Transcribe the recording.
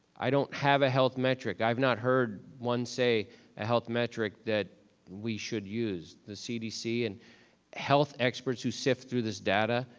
i don't have a health metric. i've not heard one say a health metric that we should use, the cdc and health experts who sift through this data,